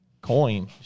coin